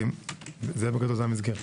זו המסגרת.